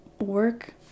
work